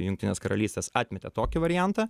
jungtinės karalystės atmetė tokį variantą